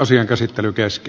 asian käsittely kesti